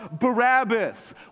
Barabbas